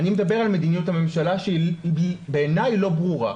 אני מדבר על מדיניות הממשלה שבעיני איננה ברורה.